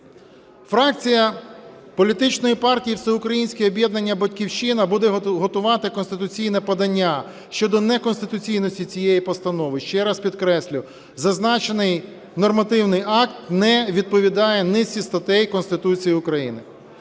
Фракція політичної партії Всеукраїнське об'єднання "Батьківщина" буде готувати конституційне подання щодо неконституційності цієї постанови. Ще раз підкреслю, зазначений нормативний акт не відповідає низці статей Конституції України.